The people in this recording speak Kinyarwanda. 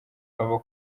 ava